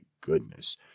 goodness